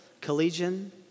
collegian